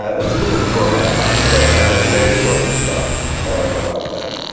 that's a little before my time, but i heard many stories about about that.